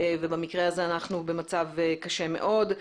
ובמקרה הזה אנחנו במצב קשה מאוד.